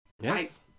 Yes